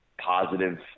positive